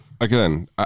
again